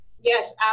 Yes